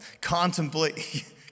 Contemplate